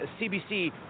CBC